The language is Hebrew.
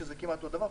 שזה כמעט אותו דבר,